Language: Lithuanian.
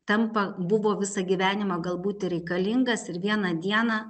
tampa buvo visą gyvenimą galbūt reikalingas ir vieną dieną